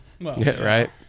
right